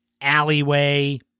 alleyway